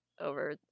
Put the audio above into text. over